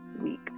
week